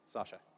Sasha